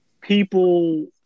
people